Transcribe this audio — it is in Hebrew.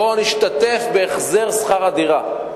בואו ונשתתף בהחזר שכר הדירה,